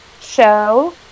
Show